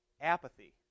apathy